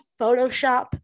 Photoshop